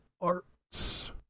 Arts